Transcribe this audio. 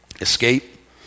Escape